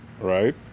right